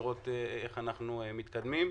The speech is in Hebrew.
לראות איך אנחנו מתקדמים.